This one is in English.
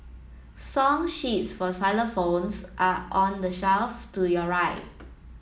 song sheets for xylophones are on the shelf to your right